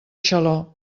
xaló